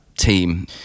team